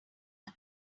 است